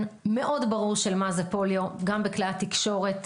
מאוד ברור של מה זה פוליו גם בכלי התקשורת.